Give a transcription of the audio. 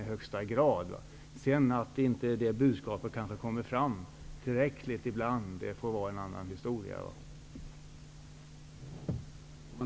Men det är en annan historia att det budskapet inte alltid kommer tillräckligt väl fram.